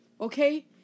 Okay